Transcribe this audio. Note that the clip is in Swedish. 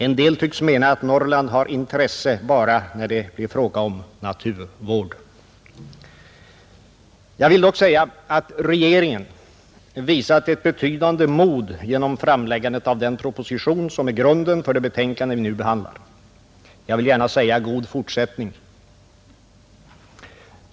En del tycks anse att Norrland har intresse bara när det är fråga om naturvård, Jag vill dock säga att regeringen visat ett betydande mod genom framläggandet av den proposition som är grunden för det betänkande vi nu behandlar, Jag vill gärna säga: God fortsättning!